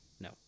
No